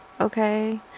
Okay